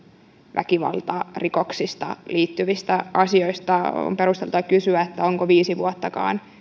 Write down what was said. väkivaltarikoksiin liittyvistä asioista on perusteltua kysyä onko viisikään vuotta